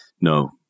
no